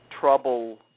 trouble